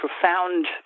profound